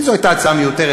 כי זו הייתה הצעה מיותרת,